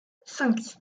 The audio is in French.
cinq